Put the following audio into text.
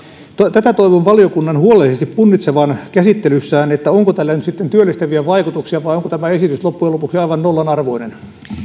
tätä toivon valiokunnan huolellisesti punnitsevan käsittelyssään että onko tällä nyt sitten työllistäviä vaikutuksia vai onko tämä esitys loppujen lopuksi aivan nollan arvoinen